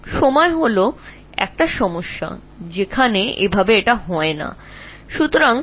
সময় একটি সমস্যা যেখানে এটি এর মতো করে না